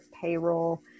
Payroll